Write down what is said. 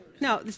No